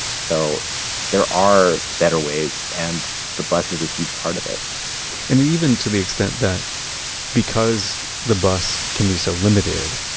so there are better ways and the bus is a huge part of it and even to the extent that because the bus can be so limited,